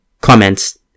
Comments